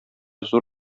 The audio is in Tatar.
зур